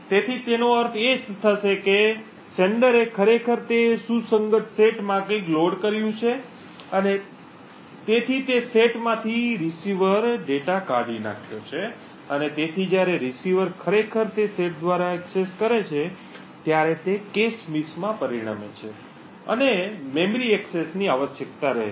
તેથી તેનો અર્થ એ થશે કે પ્રેષકે ખરેખર તે સુસંગત સેટમાં કંઈક લોડ કર્યું છે અને તેથી તે સેટમાંથી રીસીવર ડેટા કાઢી નાખ્યો છે અને તેથી જ્યારે રીસીવર ખરેખર તે સેટ દ્વારા એક્સેસ કરે છે ત્યારે તે કૅશ મિસ માં પરિણમે છે અને મેમરી એક્સેસની આવશ્યકતા રહેશે